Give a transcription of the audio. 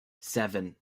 seven